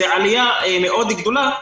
זו עלייה מאוד גדולה,